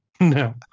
No